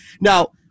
Now